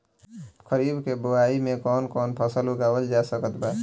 खरीब के बोआई मे कौन कौन फसल उगावाल जा सकत बा?